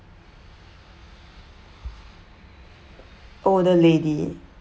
oh the lady